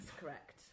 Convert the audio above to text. correct